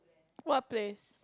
what place